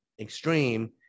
extreme